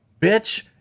bitch